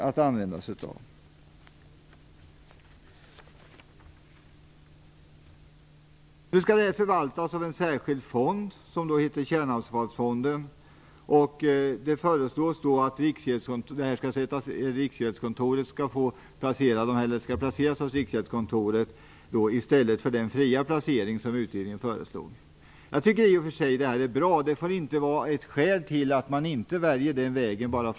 Pengarna skall nu förvaltas av en särskild fond vid namn Kärnavfallsfonden. Det föreslås att fonden skall placeras hos Riksgäldskontoret, till skillnad från den fria placering som utredningen föreslog. Jag tycker i och för sig att det är bra.